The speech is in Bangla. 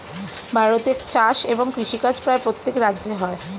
ভারতে চাষ এবং কৃষিকাজ প্রায় প্রত্যেক রাজ্যে হয়